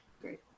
Great